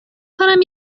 کنم